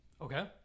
Okay